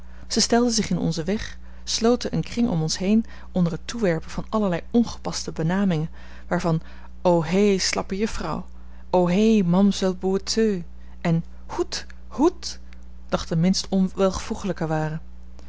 zij stelden zich in onzen weg sloten een kring om ons heen onder het toewerpen van allerlei ongepaste benamingen waarvan ohé slappe juffrouw ohé mamsel boiteux en hoed hoed nog de minst onwelvoegelijke waren